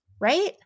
right